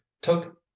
took